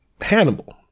Hannibal